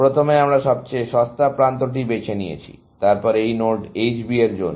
প্রথমে আমরা সবচেয়ে সস্তা প্রান্তটি বেছে নিয়েছি তারপর এই নোড H B এর জন্য